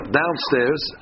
downstairs